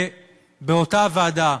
ובאותה ועדה,